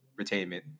retainment